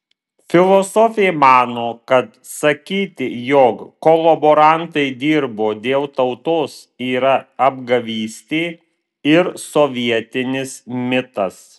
filosofė mano kad sakyti jog kolaborantai dirbo dėl tautos yra apgavystė ir sovietinis mitas